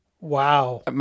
Wow